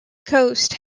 coast